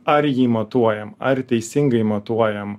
ar jį matuojam ar teisingai matuojam